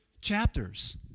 chapters